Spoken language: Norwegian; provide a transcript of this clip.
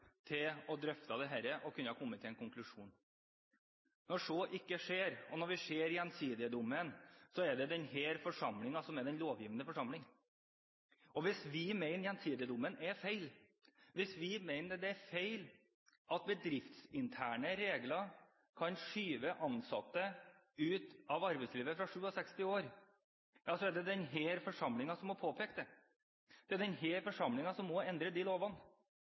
til å drøfte dette og komme med en konklusjon. Når så ikke skjer, og når vi ser Gjensidige-dommen: Det er denne forsamlingen som er den lovgivende forsamling. Hvis vi mener at Gjensidige-dommen er feil, hvis vi mener det er feil at bedriftsinterne regler kan skyve ansatte ut av arbeidslivet fra 67 år, så er det denne forsamlingen som må påpeke det. Det er denne forsamlingen som må endre de lovene.